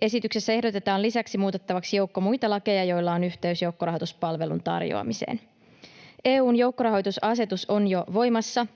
Esityksessä ehdotetaan lisäksi muutettavaksi joukko muita lakeja, joilla on yhteys joukkorahoituspalvelun tarjoamiseen. EU:n joukkorahoitusasetus on jo voimassa.